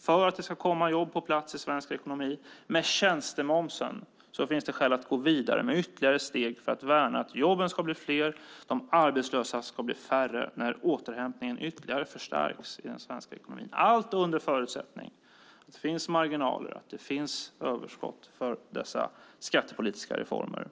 för att jobb ska komma på plats i svensk ekonomi. Med tjänstemomsen finns det skäl att gå vidare med ytterligare steg för att värna om att jobben ska bli fler och de arbetslösa färre när återhämtningen förstärks i den svenska ekonomin. Förutsättningen är att det finns marginaler för dessa skattepolitiska reformer.